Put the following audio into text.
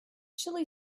chilli